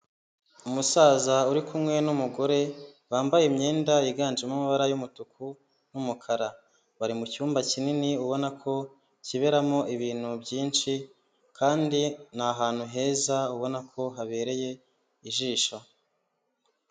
Umusaza uri kumwe n'umugore bambaye imyenda yiganjemo amabara y'umutuku n'umukara, bari mu cyumba kinini ubona ko kiberamo ibintu byinshi, kandi ni ahantu heza ubona ko habereye ijisho.